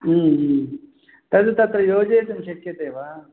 तत् तत्र योजयितुं शक्यते वा